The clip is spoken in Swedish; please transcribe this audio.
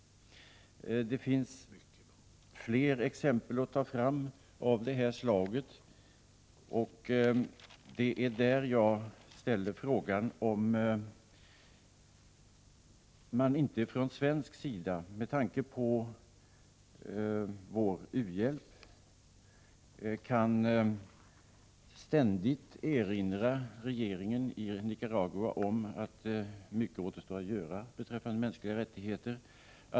Det finns flera exempel av det slaget att ta fram, och det är därför jag frågar om man inte från svensk sida — med tanke på vår u-hjälp — ständigt kan erinra regeringen i Nicaragua om att mycket återstår att göra beträffande mänskliga rättigheter.